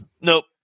Nope